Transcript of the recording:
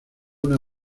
una